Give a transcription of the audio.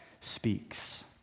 speaks